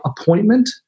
appointment